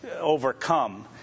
overcome